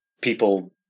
people